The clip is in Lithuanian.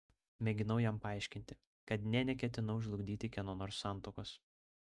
mėginau jam paaiškinti kad nė neketinau žlugdyti kieno nors santuokos